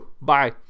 bye